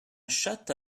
chatte